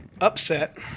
Upset